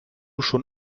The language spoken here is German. schon